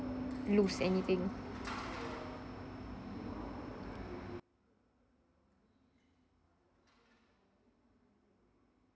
lose anything